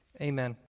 Amen